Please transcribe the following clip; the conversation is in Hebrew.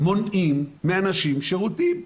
מונעים מאנשים שירותים.